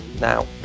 Now